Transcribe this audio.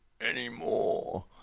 anymore